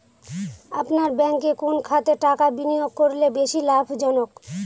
আপনার ব্যাংকে কোন খাতে টাকা বিনিয়োগ করলে বেশি লাভজনক?